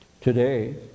today